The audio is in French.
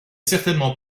certainement